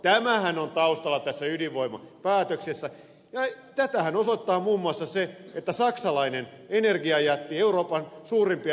tämähän on taustalla tässä ydinvoimapäätöksessä ja tätähän osoittaa muun muassa se että saksalainen energiajätti euroopan suurimpia energiajättejä e